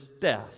death